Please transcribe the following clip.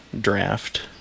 draft